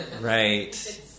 Right